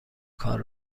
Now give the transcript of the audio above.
کار